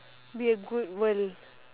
be a good world